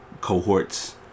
cohorts